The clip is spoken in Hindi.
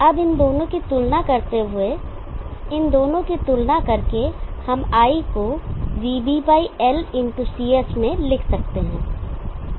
अब इन दोनों की तुलना करते हुए इन दोनों की तुलना करके हम I को vBL into CS vBL into CS में लिख सकते हैं